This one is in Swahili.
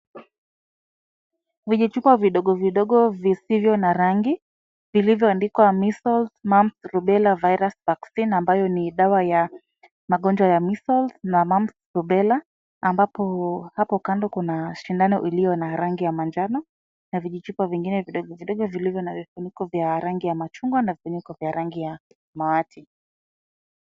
Kwenye vichupa vidogo vidogo visivyo na rangi lililoandikwa Measles, Mumps, Rubela Virus Vaccine ambayo ni dawa ya magonjwa ya Measles na Mumps, Rubela amabapo hapo kando kuna sindano iliyo na rangi ya manjano na vichupa vidogo vidogo vilivyo na vifuniko vya rangi ya machungwa na vifuniko vya rangi ya samawati.